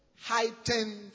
heightened